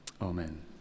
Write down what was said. amen